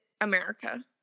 America